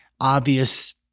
obvious